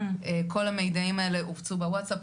כל המידעים האלה הופצו בווצאפ,